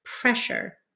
pressure